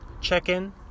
check-in